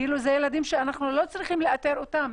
כאילו אלה ילדים שאנחנו לא צריכים לאתר אותם,